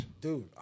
Dude